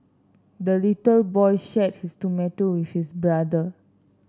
the little boy shared his tomato with his brother